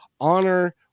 honor